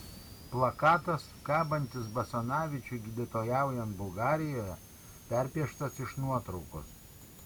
plakatas kabantis basanavičiui gydytojaujant bulgarijoje perpieštas iš nuotraukos